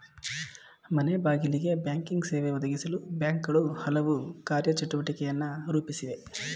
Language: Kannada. ಮನೆಬಾಗಿಲಿಗೆ ಬ್ಯಾಂಕಿಂಗ್ ಸೇವೆ ಒದಗಿಸಲು ಬ್ಯಾಂಕ್ಗಳು ಹಲವು ಕಾರ್ಯ ಚಟುವಟಿಕೆಯನ್ನು ರೂಪಿಸಿವೆ